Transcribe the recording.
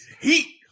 Heat